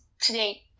today